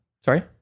Sorry